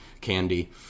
candy